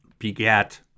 begat